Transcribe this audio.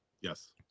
Yes